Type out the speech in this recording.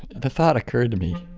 the thought occurred to me